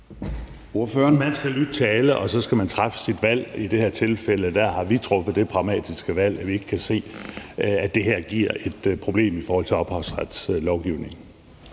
Jensen (S): Man skal lytte til alle, og så skal man træffe sit valg. I det her tilfælde har vi truffet det pragmatiske valg, at vi ikke kan se, at det her giver et problem i forhold til ophavsretslovgivningen.